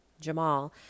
Jamal